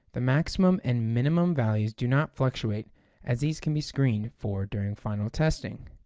the maximum and minimum values do not fluctuate as these can be screened for during final testing.